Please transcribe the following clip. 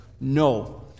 No